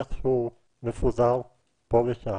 הכול איכשהו מפוזר פה ושם.